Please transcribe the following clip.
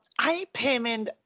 iPayment